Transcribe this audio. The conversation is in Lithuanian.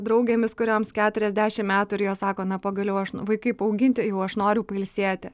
draugėmis kurioms keturiasdešim metų ir jos sako na pagaliau aš vaikai paauginti jau aš noriu pailsėti